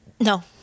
no